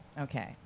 okay